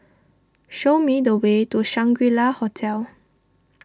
show me the way to Shangri La Hotel